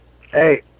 Hey